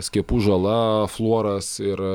skiepų žala fluoras ir